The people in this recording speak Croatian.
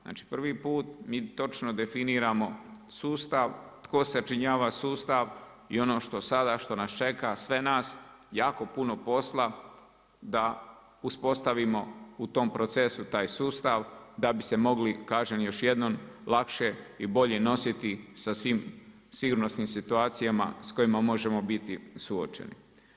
Znači prvi put mi točno definiramo sustav, tko sačinjava sustav i ono što sada, što nas čeka sve nas jako puno posla da uspostavimo u tom procesu taj sustav da bi se mogli, kažem još jednom lakše i bolje nositi sa svim sigurnosnim situacijama s kojima možemo biti suočeni.